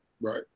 Right